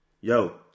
yo